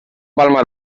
palma